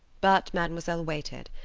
but mademoiselle waited.